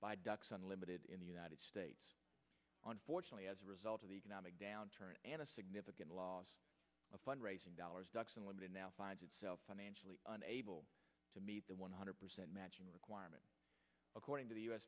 by ducks unlimited in the united states on fortunately as a result of the economic downturn and a significant loss of fundraising dollars ducks unlimited now finds itself financially unable to meet the one hundred percent matching requirement according to the u s